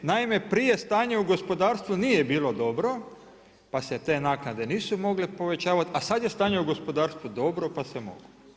Naime prije stanja u gospodarstvu nije bilo dobro pa se te naknade nisu mogle povećavati a sad je stanje u gospodarstvu dobro pa se moglo.